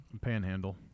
Panhandle